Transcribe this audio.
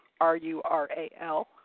R-U-R-A-L